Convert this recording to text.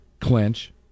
clinch